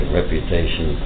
reputation